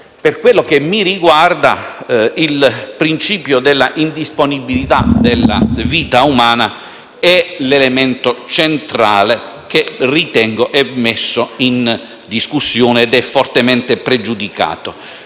Per quanto mi riguarda, il principio della indisponibilità della vita umana è l'elemento centrale, che ritengo essere messo in discussione e fortemente pregiudicato,